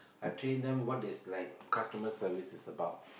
I train them what is like customers service is about